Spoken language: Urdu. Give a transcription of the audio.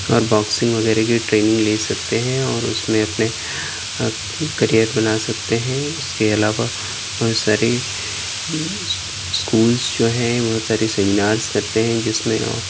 اور باکسنگ وغیرہ کی ٹریننگ لے سکتے ہیں اور اس میں اپنے کیریئر بنا سکتے ہیں اس کے علاوہ بہت ساری اسکولس جو ہیں بہت ساری سیمنارس کرتے ہیں جس میں